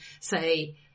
say